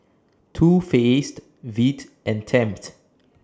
Too Faced Veet and Tempt